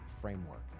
framework